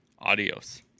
Adios